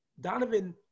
Donovan